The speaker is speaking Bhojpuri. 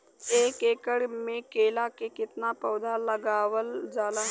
एक एकड़ में केला के कितना पौधा लगावल जाला?